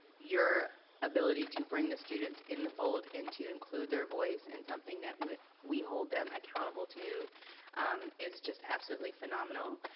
your ability to bring the students in the fold and to include their voice in something that we we hold them accountable to is just absolutely phenomenal,